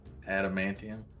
Adamantium